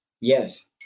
Yes